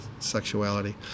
sexuality